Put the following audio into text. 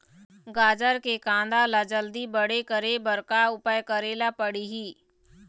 गाजर के कांदा ला जल्दी बड़े करे बर का उपाय करेला पढ़िही?